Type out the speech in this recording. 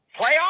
playoffs